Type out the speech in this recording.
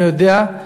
אני יודע,